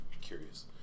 curious